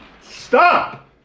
Stop